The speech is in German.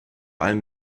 allem